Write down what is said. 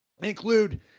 include